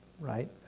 right